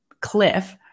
cliff